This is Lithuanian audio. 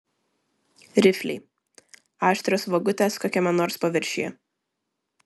rifliai aštrios vagutės kokiame nors paviršiuje